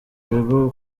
ibigo